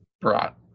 brought